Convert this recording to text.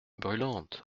brûlantes